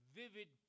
vivid